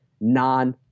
non